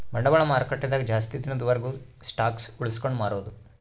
ಬಂಡವಾಳ ಮಾರುಕಟ್ಟೆ ದಾಗ ಜಾಸ್ತಿ ದಿನದ ವರ್ಗು ಸ್ಟಾಕ್ಷ್ ಉಳ್ಸ್ಕೊಂಡ್ ಮಾರೊದು